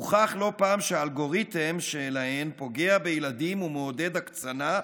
הוכח לא פעם שהאלגוריתם שלהם פוגע בילדים ומעודד הקצנה,